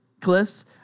Cliffs